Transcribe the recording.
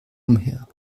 umher